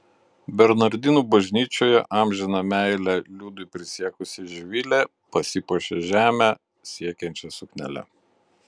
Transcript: bernardinų bažnyčioje amžiną meilę liudui prisiekusi živilė pasipuošė žemę siekiančia suknele